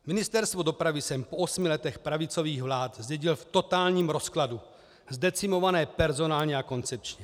Ministerstvo dopravy jsem po osmi letech pravicových vlád zdědil v totálním rozkladu, zdecimované personálně a koncepčně.